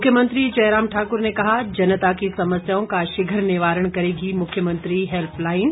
मुख्यमंत्री जयराम ठाकुर ने कहा जनता की समस्याओं का शीघ्र निवारण करेगी मुख्यमंत्री हेल्पलाईन